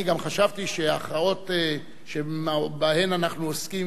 אני גם חשבתי שהכרעות שבהן אנחנו עוסקים